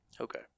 Okay